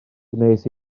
gwnes